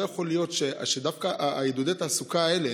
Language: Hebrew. לא יכול להיות שדווקא עידודי התעסוקה האלה,